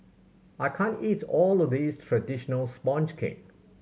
I can't eat all of this traditional sponge cake